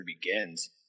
begins